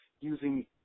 using